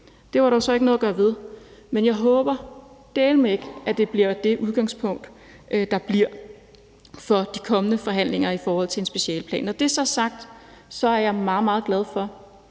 Det var der så ikke noget at gøre ved. Men jeg håber dæleme ikke, at det bliver det udgangspunkt, der bliver for de kommende forhandlinger i forhold til en specialeplan. Når det er sagt, er jeg meget, meget glad for,